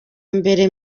mbere